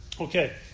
Okay